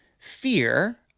fear